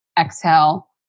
exhale